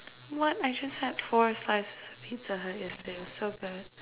what I just had four slices of pizza hut yesterday it was so good